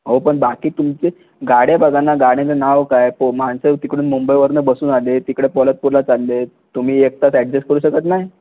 अहो पण बाकी तुमचे गाड्या बघा ना गाड्यांना नाव काय को माणसं तिकडून मुंबईवरून बसून आले आहेत तिकडे कोल्हापुरला चालले आहेत तुम्ही एक तास ॲडजेस्ट करू शकत नाही